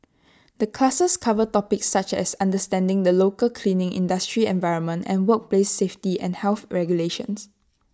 the classes cover topics such as understanding the local cleaning industry environment and workplace safety and health regulations